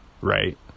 right